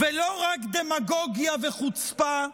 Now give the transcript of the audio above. ולא רק דמגוגיה וחוצפה,